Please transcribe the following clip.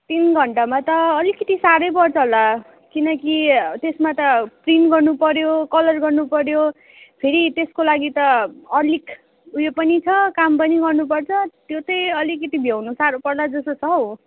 तिन घन्टामा त अलिकति साह्रै पर्छ होला किनकि त्यसमा त प्रिन्ट गर्नुपऱ्यो कलर गर्नुपऱ्यो फेरि त्यसको लागि त अलिक उयो पनि छ काम पनि गर्नुपर्छ त्यो चाहिँ अलिकति भ्याउनु साह्रो पर्ला जस्तो छ हौ